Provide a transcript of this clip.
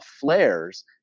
flares